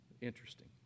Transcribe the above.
interesting